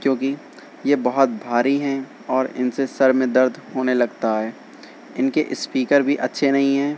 کیونکہ یہ بہت بھاری ہیں اور ان سے سر میں درد ہونے لگتا ہے ان کے اسپیکر بھی اچھے نہیں ہیں